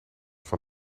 van